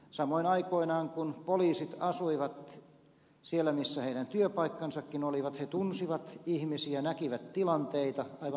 samoin aikoinaan kun poliisit asuivat siellä missä heidän työpaikkansakin olivat he tunsivat ihmisiä näkivät tilanteita aivan normaalioloissa